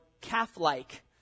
calf-like